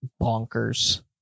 bonkers